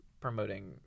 promoting